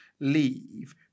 leave